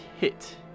hit